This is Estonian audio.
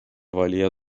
valija